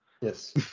Yes